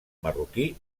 marroquí